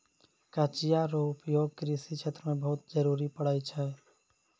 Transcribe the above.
कचिया रो उपयोग कृषि क्षेत्र मे बहुत जरुरी पड़ै छै